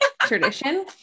tradition